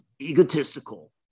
egotistical